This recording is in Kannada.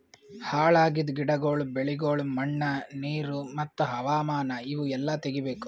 ಹಾಳ್ ಆಗಿದ್ ಗಿಡಗೊಳ್, ಬೆಳಿಗೊಳ್, ಮಣ್ಣ, ನೀರು ಮತ್ತ ಹವಾಮಾನ ಇವು ಎಲ್ಲಾ ತೆಗಿಬೇಕು